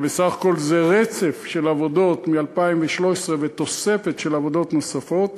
בסך הכול זה רצף של עבודות מ-2013 ותוספת של עבודות נוספות.